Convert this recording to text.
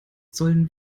sollten